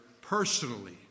personally